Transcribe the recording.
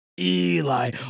Eli